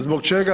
Zbog čega?